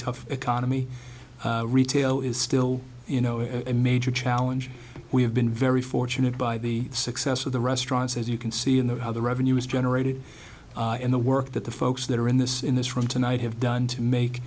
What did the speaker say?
tough economy retail is still you know a major challenge we have been very fortunate by the success of the restaurants as you can see in the other revenues generated in the work that the folks that are in this in this room tonight have done to make